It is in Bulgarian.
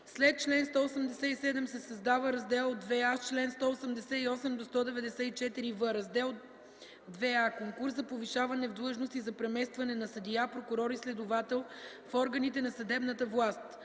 След чл. 187 се създава Раздел ІІа с чл. 188-194в: „Раздел ІІа Конкурс за повишаване в длъжност и за преместване на съдия, прокурор и следовател в органите на съдебната власт.